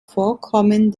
vorkommen